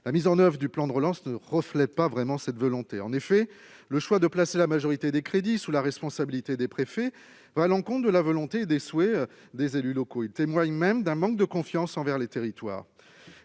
La mise en oeuvre du plan de relance ne reflète pas véritablement cette volonté. En effet, le choix de placer la majorité des crédits sous la responsabilité des préfets va à l'encontre de la volonté et des souhaits des élus locaux. Il témoigne même d'un manque de confiance envers les territoires,